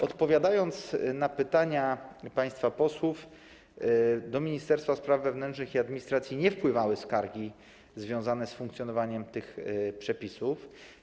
Odpowiadając na pytania państwa posłów, chcę powiedzieć, iż do Ministerstwa Spraw Wewnętrznych i Administracji nie wpływały skargi związane z funkcjonowaniem tych przepisów.